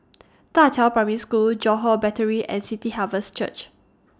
DA Qiao Primary School Johore Battery and City Harvest Church